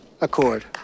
Accord